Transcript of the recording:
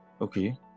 Okay